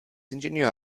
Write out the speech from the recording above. ingenieur